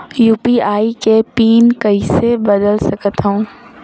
UPI के pin कइसे बदल सकथव?